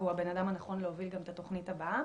והוא הבן אדם הנכון להוביל גם את התוכנית הבאה.